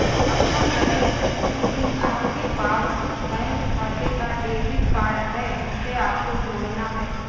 पक्का करें की आपके पास उस बैंक खाते का डेबिट कार्ड है जिसे आपको जोड़ना है